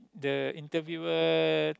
the interviewer